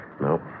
Nope